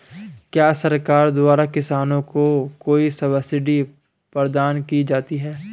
क्या सरकार द्वारा किसानों को कोई सब्सिडी प्रदान की जाती है?